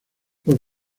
los